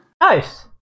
Nice